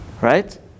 Right